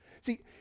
See